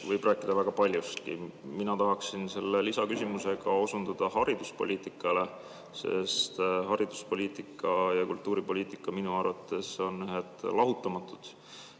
võib rääkida väga paljustki. Mina tahaksin selle lisaküsimusega osundada hariduspoliitikale, sest hariduspoliitika ja kultuuripoliitika on minu arvates lahutamatud.